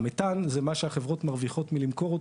המתאן זה מה שהחברות מרוויחות מלמכור אותו.